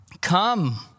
Come